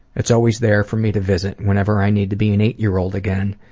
it's always there for me to visit whenever i need to be an eight year old again,